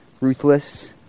ruthless